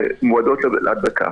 שמועדות להדבקה.